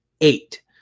eight